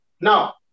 Now